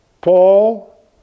Paul